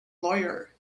lawyer